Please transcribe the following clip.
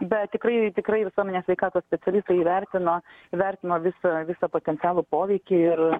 bet tikrai tikrai visuomenės sveikatos specialistai įvertino vertino visą visą potencialų poveikį ir